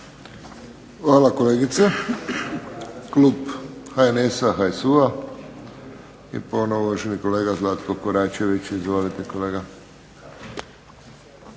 Hvala kolegice. Klub HNS HSU-a i ponovno uvaženi kolega Zlatko KOračević. Izvolite kolega.